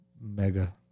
mega